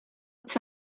it’s